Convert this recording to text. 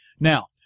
Now